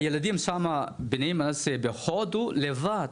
הילדים שמה בהודו לבד.